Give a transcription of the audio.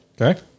Okay